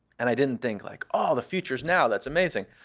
and i didn't think, like, oh, the future is now. that's amazing.